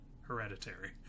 Hereditary